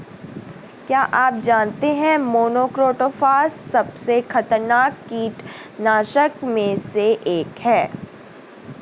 क्या आप जानते है मोनोक्रोटोफॉस सबसे खतरनाक कीटनाशक में से एक है?